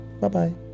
Bye-bye